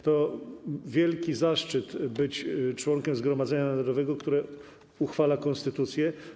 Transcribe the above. To wielki zaszczyt być członkiem Zgromadzenia Narodowego, które uchwala konstytucję.